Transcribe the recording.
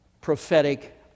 prophetic